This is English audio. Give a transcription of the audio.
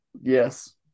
Yes